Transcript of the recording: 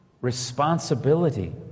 responsibility